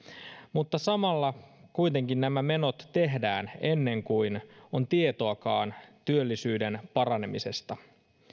mutta samalla kuitenkin nämä menot tehdään ennen kuin on tietoakaan työllisyyden paranemisesta